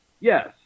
Yes